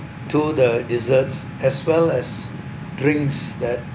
to the desserts as well as drinks that